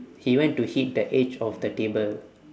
he went to hit the edge of the table